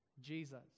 Jesus